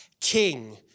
king